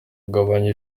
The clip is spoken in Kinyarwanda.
kugabanya